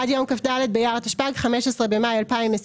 עד יום כ"ד באייר התשפ"ג (15 במאי 2023);